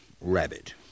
rabbit